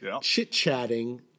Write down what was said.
chit-chatting